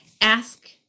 ask